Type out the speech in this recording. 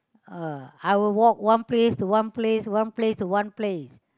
uh I will walk one place to one place one place to one place